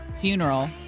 funeral